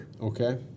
Okay